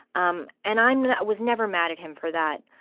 um and i'm not was never mad at him for that.